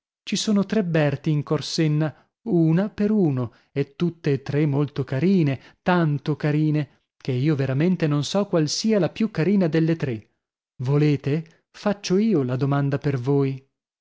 ci sono tre berti in corsenna una per uno e tutte e tre molto carine tanto carine che io veramente non so qual sia la più carina delle tre volete faccio io la domanda per voi